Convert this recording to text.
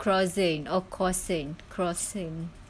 croissant or croissant croissant